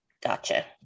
gotcha